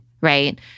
right